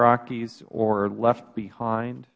rockies or left behind